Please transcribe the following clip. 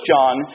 John